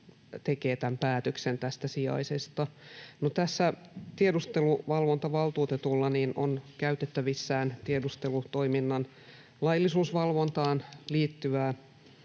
tekee päätöksen tästä sijaisesta. Tässä tiedusteluvalvontavaltuutetulla on käytettävissään tiedustelutoiminnan laillisuusvalvontaan liittyviä